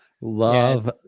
love